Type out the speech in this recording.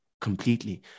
Completely